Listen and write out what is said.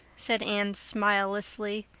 said anne smilelessly.